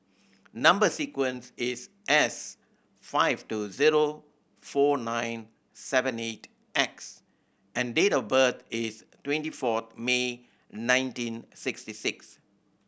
number sequence is S five two zero four nine seven eight X and date of birth is twenty four May nineteen sixty six